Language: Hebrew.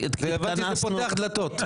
הבנתי שזה פותח דלתות...